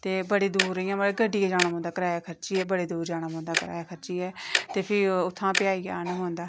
ते बड़ी दूर इ'यां मतलब गड्डी च जाना पौंदा कराया खर्चियै बड़ी दूर जाना पौंदा कराया खर्चियै ते फ्ही ओह् उत्थुआं पेहाइयै औना पौंदा